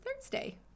thursday